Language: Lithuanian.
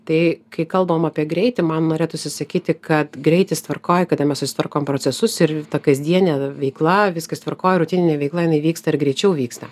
tai kai kalbam apie greitį man norėtųsi sakyti kad greitis tvarkoj kada mes susitvarkom procesus ir ta kasdienė veikla viskas tvarkoj rutininė veikla jinai vyksta ir greičiau vyksta